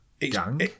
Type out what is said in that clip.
gang